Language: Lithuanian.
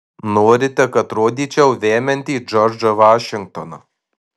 norite kad rodyčiau vemiantį džordžą vašingtoną